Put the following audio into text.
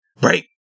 break